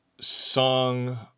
song